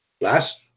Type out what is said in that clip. Last